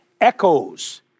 Echoes